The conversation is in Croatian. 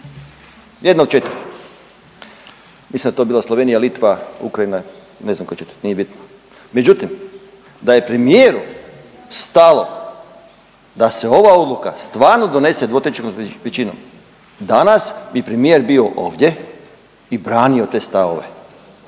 jedna od četiri. Mislim da je to bila Slovenija, Litva, Ukrajina, ne znam tko je četvrti nije bitno. Međutim, da je premijeru stalo da se ova odluka stvarno donese dvotrećinskom većinom danas bi premijer bio ovdje i branio te stavove,